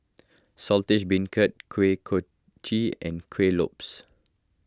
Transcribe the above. Saltish Beancurd Kuih Kochi and Kuih Lopes